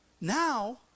now